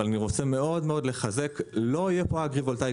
ואני רוצה מאוד לחזק: לא יהיה פה אגרי-וולטאי